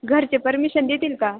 घरचे परमिशन देतील का